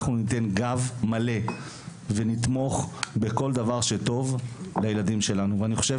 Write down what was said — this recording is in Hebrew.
אנחנו ניתן גב מלא ונתמוך בכל דבר שטוב לילדים שלנו ואני חושב